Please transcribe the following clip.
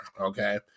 okay